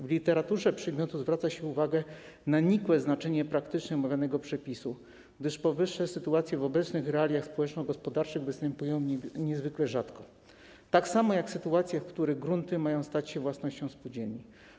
W literaturze przedmiotu zwraca się uwagę na nikłe znaczenie praktyczne omawianego przepisu, gdyż powyższe sytuacje w obecnych realiach społeczno-gospodarczych występują niezwykle rzadko, tak samo jak sytuacje, w których grunty mają stać się własnością spółdzielni.